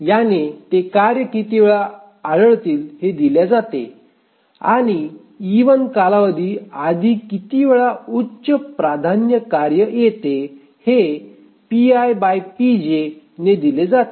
याने ते कार्य किती वेळा आढळतील हे दिल्या जाते आणि e1 कालावधी आधी किती वेळा उच्च प्राधान्य कार्य येते हे ने दिले जाते